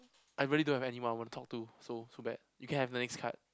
I really don't have anyone I want to talk to so too bad you can have the next card